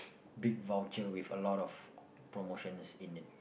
big voucher with a lot of promotions is in it